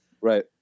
Right